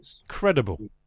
Incredible